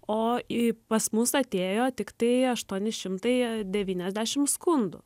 o į pas mus atėjo tiktai aštuoni šimtai devyniasdešim skundų